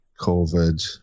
COVID